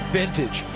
vintage